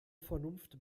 vernunft